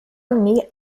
nie